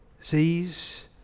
sees